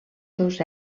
seus